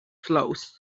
flaws